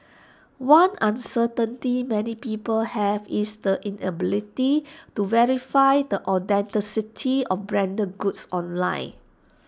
one uncertainty many people have is the inability to verify the authenticity of branded goods online